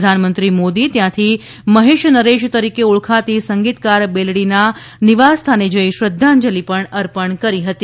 પ્રધાનમંત્રી મોદી ત્યાથી મહેશ નરેશ તરીકે ઓળખાતી સંગીતકાર બેલડી ના નિવાસ સ્થાને જઇ શ્રદ્ધાંજલી અર્પણ કરી હતી